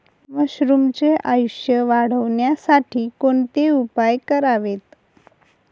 मशरुमचे आयुष्य वाढवण्यासाठी कोणते उपाय करावेत?